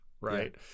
Right